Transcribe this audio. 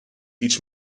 each